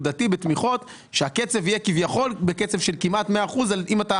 כדי שהקצב יהיה כביכול קצב של 100%. אם לא